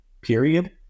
period